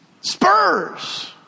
Spurs